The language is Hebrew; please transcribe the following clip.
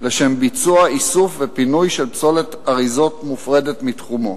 לשם ביצוע איסוף ופינוי של פסולת אריזות מופרדת מתחומה.